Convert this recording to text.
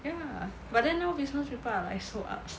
ya but then now business people are like so ups